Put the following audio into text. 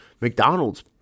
McDonald's